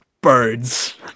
birds